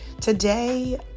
Today